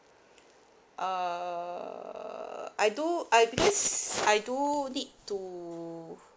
err I do I because I do need to